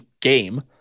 game